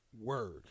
Word